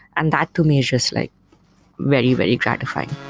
and that to me is just like very, very gratifying.